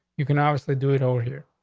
you can obviously do it over here.